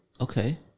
Okay